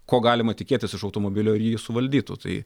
ko galima tikėtis iš automobilio ir jį suvaldytų tai